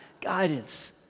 guidance